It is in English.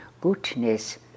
goodness